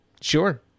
Sure